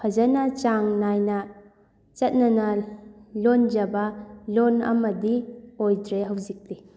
ꯐꯖꯅ ꯆꯥꯡ ꯅꯥꯏꯅ ꯆꯠꯅꯅ ꯂꯣꯟꯖꯕ ꯂꯣꯟ ꯑꯃꯗꯤ ꯑꯣꯏꯗ꯭ꯔꯦ ꯍꯧꯖꯤꯛꯇꯤ